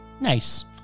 Nice